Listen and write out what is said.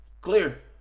clear